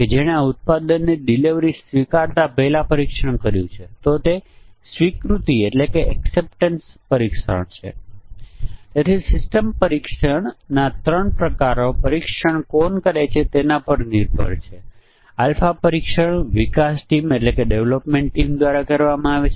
જે ઘણા બધા છે પરંતુ તમે જોડી મુજબના પરીક્ષણ કરી શકો છો 3 વે પરીક્ષણ 4 વે પરીક્ષણ 5 વે પરીક્ષણ અજમાવી શકો છો અને તેના દ્વારા લગભગ દરેક ભૂલ મળી જશે